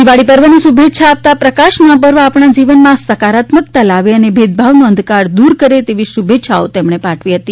દિવાળી પર્વની શુભેચ્છાઓ આપતાં પ્રકાશનું આ પર્વ આપણા જીવનમાં સકારાત્મકતા લાવે અને ભેદભાવનો અંધકાર દુર કરે તેવી શુભેચ્છાઓ પાઠવી હતી